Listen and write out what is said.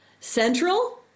Central